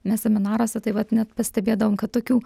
mes seminaruose tai vat net pastebėdavom kad tokių